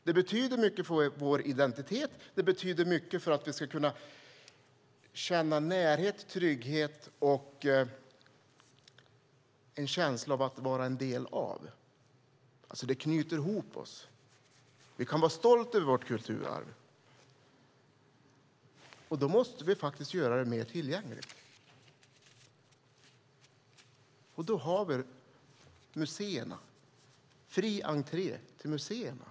Det betyder mycket för vår identitet, och det betyder mycket för att vi ska kunna känna närhet och trygghet. Det ger en känsla av att vara en del av det hela. Det knyter ihop oss. Vi kan vara stolta över vårt kulturarv. Då måste vi göra det mer tillgängligt, och där har vi museerna och fri entré till museerna.